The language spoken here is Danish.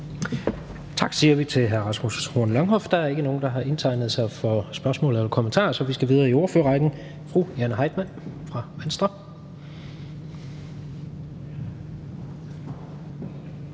Tak til hr. Rasmus Horn Langhoff. Der er ikke nogen, der har indtegnet sig for spørgsmål eller kommentarer, så vi skal videre i ordførerrækken. Fru Jane Heitmann fra Venstre.